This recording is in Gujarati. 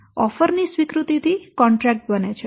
અને ઓફર ની સ્વીકૃતિ થી કોન્ટ્રેક્ટ બને છે